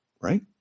right